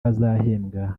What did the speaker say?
bazahembwa